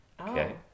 Okay